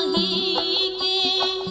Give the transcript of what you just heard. e